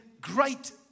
great